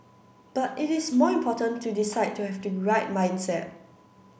but it is more important to decide to have the right mindset